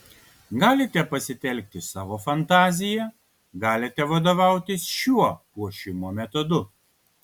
galite pasitelkti savo fantaziją galite vadovautis šiuo puošimo metodu